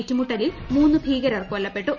ഏറ്റുമുട്ടലിൽ മൂന്ന് ഭീകരർ കൊല്ലപ്പെട്ടു